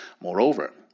Moreover